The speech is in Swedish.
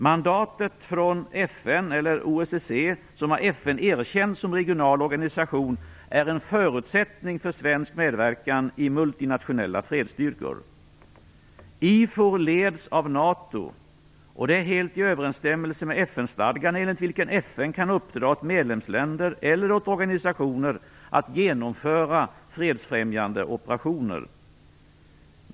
Mandatet från FN eller OSSE, som av FN erkänts som regional organisation, är en förutsättning för svensk medverkan i multinationella fredsstyrkor. IFOR leds av NATO. Det är helt i överensstämmelse med FN-stadgan, enligt vilken FN kan uppdra åt medlemsländer eller åt organisationer att genomföra fredsfrämjande operationer.